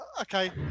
Okay